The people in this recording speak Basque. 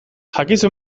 jakizu